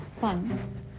fun